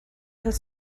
his